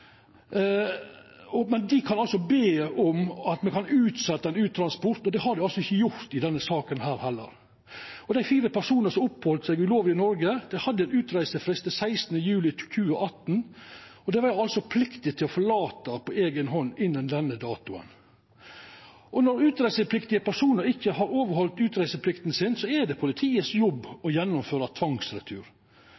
Dei kan be om at me utset ein uttransport, men det har dei ikkje gjort i denne saka. Dei fire personane som oppheldt seg ulovleg i Noreg, hadde ein utreisefrist til 16. juli 2018; dei var altså pliktige til å forlata landet på eiga hand innan denne datoen. Når utreisepliktige personar ikkje har overheldt utreiseplikta si, er det